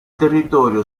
territorio